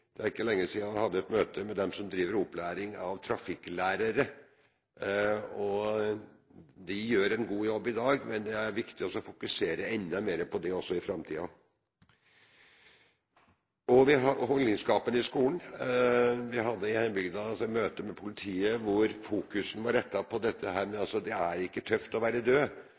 Det er ikke lenge siden jeg hadde et møte med dem som driver opplæring av trafikklærere. De gjør en god jobb i dag, men det er viktig å fokusere enda mer på det også i framtiden. Vi har holdningsskapende arbeid i skolen. Vi hadde i hjembygda møte med politiet hvor fokuset var rettet mot at det ikke er tøft å være død.